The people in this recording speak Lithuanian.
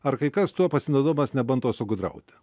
ar kai kas tuo pasinaudodamas nebando sugudrauti